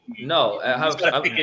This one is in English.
no